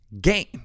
game